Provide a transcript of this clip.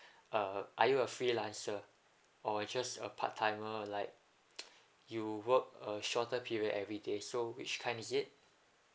err are you a freelancer or just a part timer like you work a shorter period everyday so which kind is it